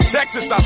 Texas